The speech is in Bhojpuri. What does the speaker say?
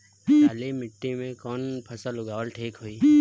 काली मिट्टी में कवन फसल उगावल ठीक होई?